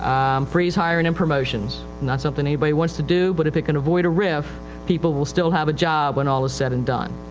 um, freeze hiring and promotions. not something anybody wants to do, but if it can avoid a rif people will still have a job when all is said and done.